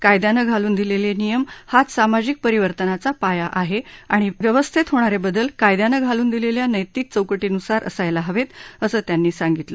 कायद्यानं घालून दिलेले नियम हाच सामाजिक परिवर्तनाचा पाया आहे आणि व्यवस्थेत होणारे बदल कायद्यानं घालून दिलेल्या नतिक चौकींमुसार असायला हवेत असं त्यांनी सांगितलं